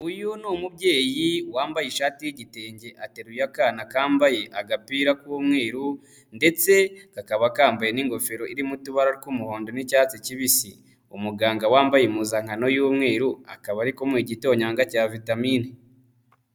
Uyu ni umubyeyi wambaye ishati y'igitenge, ateruye akana kambaye agapira k'umweruru ndetse kakaba kambaye n'ingofero irimo utubara tw'umuhondo n'icyatsi kibisi, umuganga wambaye impuzankano y'umweru akaba ari ari kumuha igitonyanga cya vitamini.